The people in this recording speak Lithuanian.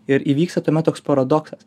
ir įvyksta tuomet toks paradoksas